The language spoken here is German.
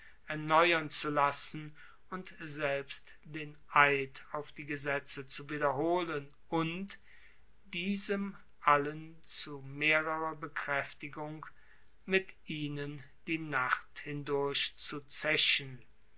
erneuern zu lassen und selbst den eid auf die gesetze zu wiederholen und diesem allen zu mehrerer bekraeftigung mit ihnen die nacht hindurch zu zechen